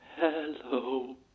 hello